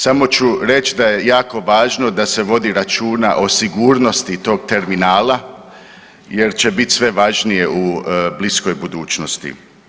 Samo ću reći da je jako važno da se vodi računa o sigurnosti tog terminala jer će biti sve važnije u bliskoj budućnosti.